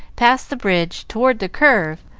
past the bridge, toward the curve,